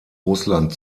russland